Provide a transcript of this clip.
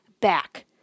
back